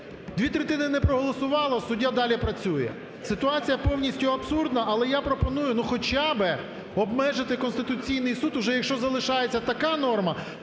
дві третини не проголосувало – суддя далі працює. Ситуація повністю абсурдна. Але я пропоную ну хоча би обмежити Конституційний Суд, уже якщо залишається така норма,